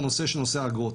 את הנושא של האגרות.